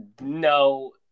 No